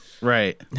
right